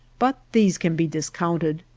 but these can be discounted.